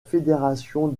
fédération